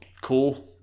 cool